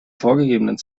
vorgegebenen